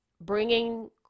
bringing